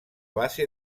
base